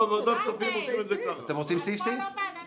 לא התקבלה.